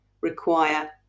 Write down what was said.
require